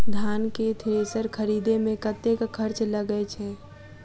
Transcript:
धान केँ थ्रेसर खरीदे मे कतेक खर्च लगय छैय?